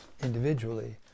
individually